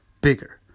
bigger